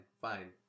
fine